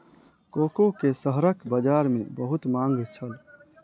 cocoa के शहरक बजार में बहुत मांग छल